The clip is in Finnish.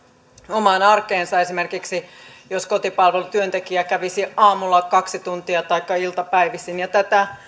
omaan arkeensa jos esimerkiksi kotipalvelun työntekijä kävisi aamulla taikka iltapäivisin kaksi tuntia ja tätä